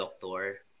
doctor